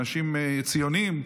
אנשים ציונים.